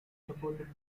supported